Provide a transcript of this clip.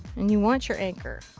and you want your anchor.